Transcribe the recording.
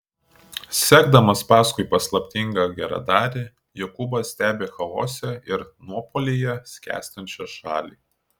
sekdamas paskui paslaptingą geradarį jokūbas stebi chaose ir nuopuolyje skęstančią šalį